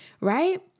right